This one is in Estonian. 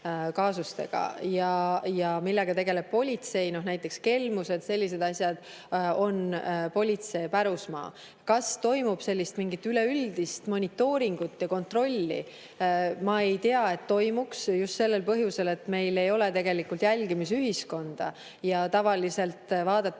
Ja millega tegeleb politsei? No näiteks kelmused ja sellised asjad on politsei pärusmaa. Kas toimub mingit üleüldist monitooringut ja kontrolli? Ma ei tea, et toimuks, just sellel põhjusel, et meil ei ole tegelikult jälgimisühiskonda. Tavaliselt vaadatakse